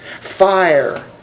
Fire